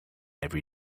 every